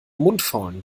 mundfaulen